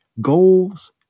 goals